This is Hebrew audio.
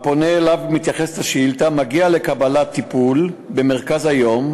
הפונה שאליו מתייחסת השאילתה מגיע לקבלת טיפול במרכז-היום.